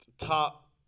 top